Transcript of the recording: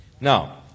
Now